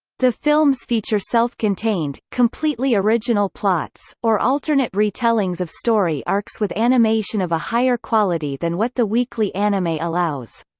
the films feature self-contained, completely original plots, or alternate retellings of story arcs with animation of a higher quality than what the weekly anime allows.